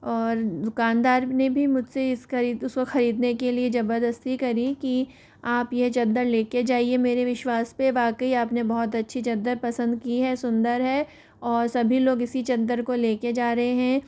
और दुकानदार ने भी मुझ से इस ख़रीद उसको ख़रीदने के लिए ज़बरदस्ती करी कि आप यह चादर ले कर जाइए मेरे विश्वास पर वाकई आपने बहुत अच्छी चादर पसंद की है सुंदर है और सभी लोग इसी चादर को ले कर जा रहे हैं